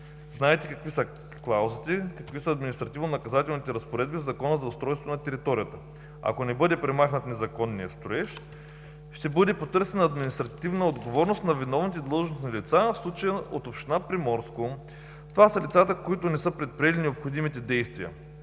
Знаете какви са клаузите, какви са административно наказателните разпоредби в Закона за устройството на територията. Ако не бъде премахнат незаконният строеж, ще бъде потърсена административна отговорност на виновните длъжностни лица, в случая от община Приморско. Това са лицата, които не са предприели необходимите действия